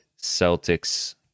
Celtics